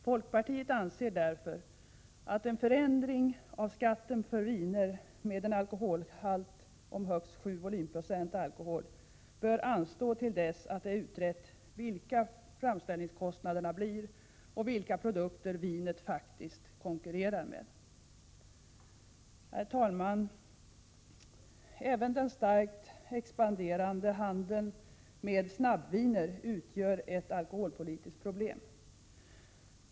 Folkpartiet anser därför, att en förändring av skatten för viner med en alkoholhalt om högst 7 volymprocent alkohol bör anstå till dess det är utrett vilka framställningskostnaderna blir och vilka produkter vinet faktiskt konkurrerar med. Herr talman! Även den starkt expanderande handeln med snabbviner utgör ett alkoholpolitiskt problem.